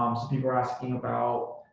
um so people are asking about